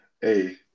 Hey